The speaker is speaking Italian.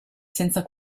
senza